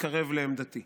התקרב לעמדתי.